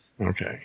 Okay